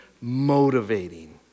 motivating